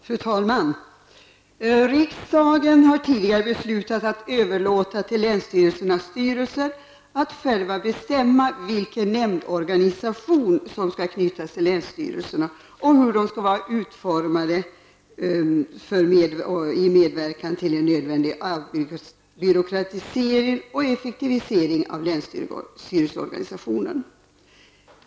Fru talman! Riksdagen har tidigare beslutat att överlåta till länstyrelsernas styrelser att själva bestämma vilken nämndorganisation som skall knytas till länsstyrelserna och hur de skall vara utformade för att medverka till en nödvändigt avbyråkratisering och effektivisering av länsstyrelseorganisationen.